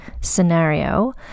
scenario